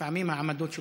לפעמים העמדות שלך,